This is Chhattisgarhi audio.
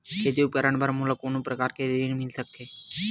खेती उपकरण बर मोला कोनो प्रकार के ऋण मिल सकथे का?